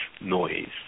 noise